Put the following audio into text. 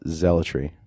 zealotry